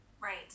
right